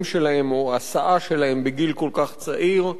שלהם או השאה שלהם בגיל כל כך צעיר,